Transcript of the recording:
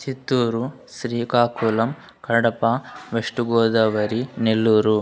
Chittoor Srikakulam Kadapa west Godavari Nellore